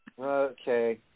okay